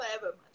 forever